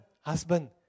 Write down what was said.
husband